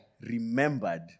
remembered